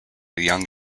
young